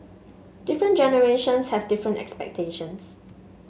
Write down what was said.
different generations have different expectations